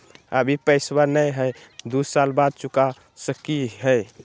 अभि पैसबा नय हय, दू साल बाद चुका सकी हय?